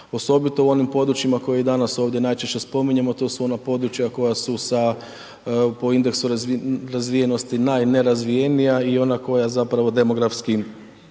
osobito u onim područjima koje i danas ovdje najčešće spominjemo, a to su ona područja koja su sa, po indeksu razvijenosti najnerazvijenija i ona koja zapravo demografski